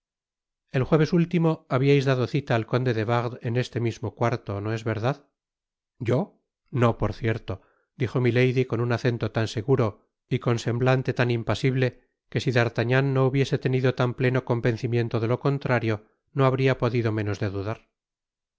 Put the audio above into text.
el jueves último habiais dado cita al conde de wardes en este mismo cuarto no es verdad yo no por cierto dijo milady con un acento tan seguro y con spmblante tan impasible que si d'artagnan no hubiese tenido tan pleno convencimiento delo contrario no habría podido menos de dudar